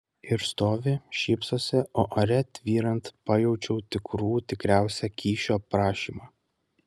ir stovi šypsosi o ore tvyrant pajaučiau tikrų tikriausią kyšio prašymą